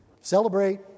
celebrate